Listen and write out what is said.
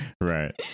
Right